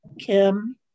Kim